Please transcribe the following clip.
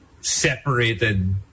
separated